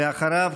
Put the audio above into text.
ואחריו,